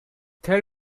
tell